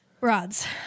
rods